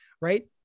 right